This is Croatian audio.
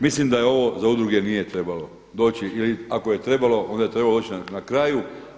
Mislim da ovo za udruge nije trebalo doći, ili ako je trebalo onda je trebalo doći na kraju.